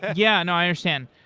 yeah and i understand.